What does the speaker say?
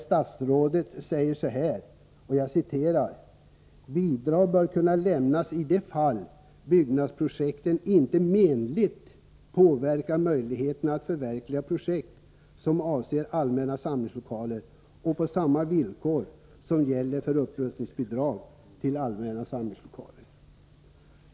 Statsrådet skriver bl.a.: Bidrag bör kunna lämnas i de fall byggnadsprojekten inte menligt påverkar möjligheterna att förverkliga projekt som avser allmänna samlingslokaler och på samma villkor som gäller för upprustningsbidrag till allmänna samlingslokaler.